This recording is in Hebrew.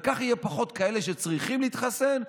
וכך יהיו פחות כאלה שצריכים להתחסן,